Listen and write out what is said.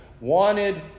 wanted